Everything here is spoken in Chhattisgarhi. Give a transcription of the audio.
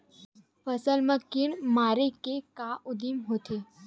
फसल मा कीट मारे के का उदिम होथे?